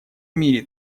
мире